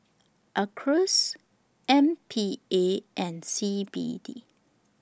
Acres M P A and C B D